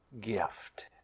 gift